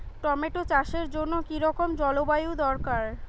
Tomato চাষের জন্য কি রকম জলবায়ু দরকার?